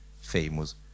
famous